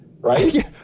right